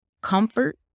comfort